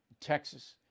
Texas